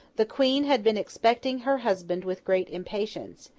the queen had been expecting her husband with great impatience,